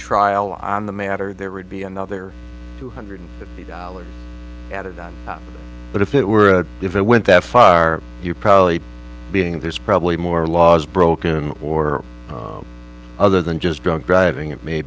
trial on the matter there would be another two hundred dollars added on but if it were if it went that far you probably being there's probably more laws broken or other than just drunk driving it may